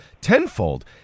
tenfold